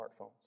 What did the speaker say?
smartphones